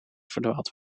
verdwaald